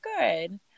good